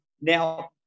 Now